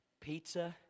Pizza